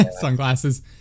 sunglasses